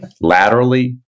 laterally